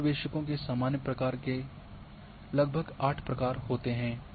अंतर्वेशकों के सामान्य प्रकार से लगभग 8 प्रकार होते हैं